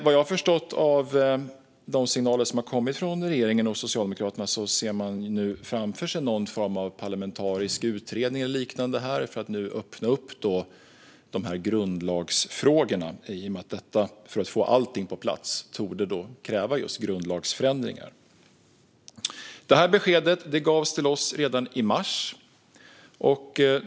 Vad jag har förstått av de signaler som har kommit från regeringen och Socialdemokraterna ser man nu framför sig någon form av parlamentarisk utredning eller liknande för att öppna upp dessa grundlagsfrågor, i och med att detta för att man ska få allt på plats torde kräva just grundlagsförändringar. Detta besked gavs till oss redan i mars.